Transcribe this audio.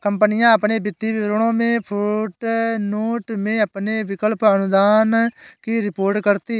कंपनियां अपने वित्तीय विवरणों में फुटनोट में अपने विकल्प अनुदान की रिपोर्ट करती हैं